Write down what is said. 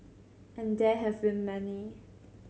and there have been many